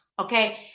okay